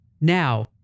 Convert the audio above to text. Now